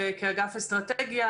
כאגף אסטרטגיה,